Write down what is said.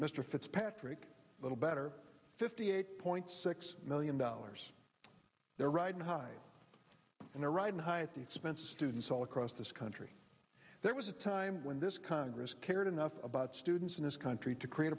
mr fitzpatrick a little better fifty eight point six million dollars they're riding high in a riding high at the expense of students all across this country there was a time when this congress cared enough about students in this country to create